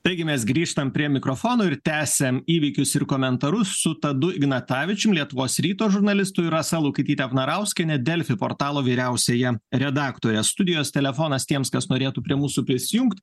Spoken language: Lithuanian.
taigi mes grįtam prie mikrofono ir tęsiam įvykius ir komentarus su tadu ignatavičium lietuvos ryto žurnalistu ir rasa lukaityte vnarauskiene delfi portalo vyriausiąja redaktore studijos telefonas tiems kas norėtų prie mūsų prisijungt